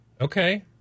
Okay